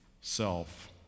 self